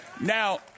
Now